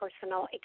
personal